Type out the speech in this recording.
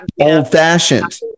old-fashioned